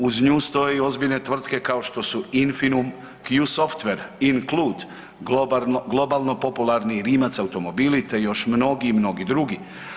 Uz nju stoje i ozbiljne tvrtke kao što su Infinum, Q softer, Im Cloud, globalno popularni Rimac automobili te još mnogi, mnogi drugi.